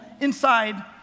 inside